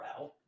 out